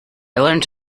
learned